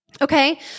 Okay